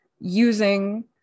using